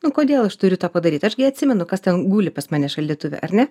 nu kodėl aš turiu tą padaryt aš gi atsimenu kas ten guli pas mane šaldytuve ar ne